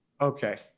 Okay